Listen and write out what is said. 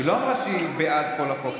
לא אמרה שהיא בעד כל החוק,